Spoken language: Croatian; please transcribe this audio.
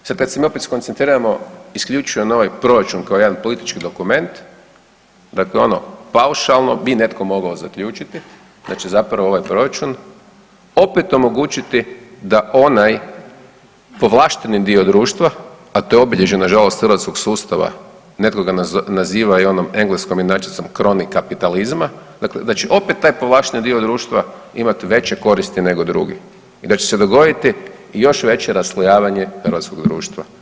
Sad kad se mi opet skoncentriramo isključivo na ovaj proračun, kao jedan politički dokument, dakle ono paušalno bi netko mogao zaključiti da će zapravo ovaj Proračun opet omogućiti da onaj povlašteni dio društva, a to je obilježje nažalost hrvatskog sustava, netko ga naziva i onom engleskom inačicom kronikapitalizma, dakle, da će opet taj povlašteni dio društva imati veće koristi nego drugi i da će se dogoditi još veće raslojavanje hrvatskog društva.